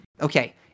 okay